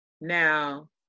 Now